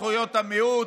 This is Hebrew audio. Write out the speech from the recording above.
זכויות המיעוט,